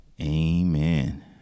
Amen